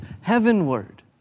heavenward